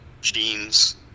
jeans